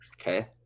Okay